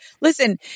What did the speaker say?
Listen